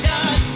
God